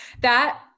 That-